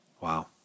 Wow